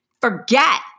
Forget